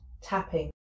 tapping